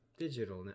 Digital